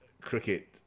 cricket